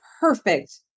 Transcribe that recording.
perfect